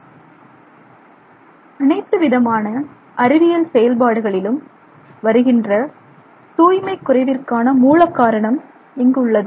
அணைத்து விதமான அறிவியல் செயல்பாடுகளிலும் வருகின்ற தூய்மை குறைவிற்கான மூல காரணம் எங்குள்ளது